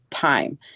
time